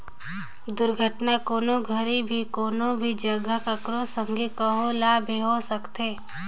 दुरघटना, कोनो घरी भी, कोनो भी जघा, ककरो संघे, कहो ल भी होए सकथे